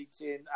meeting